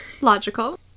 Logical